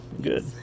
good